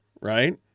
right